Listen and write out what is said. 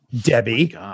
Debbie